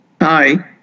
Hi